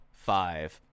five